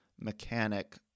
mechanic